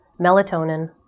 melatonin